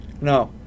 No